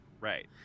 Right